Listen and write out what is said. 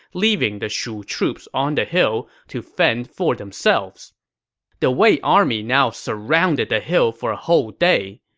leaving the shu troops on the hill to fend for themselves the wei army now surrounded the hill for a whole day.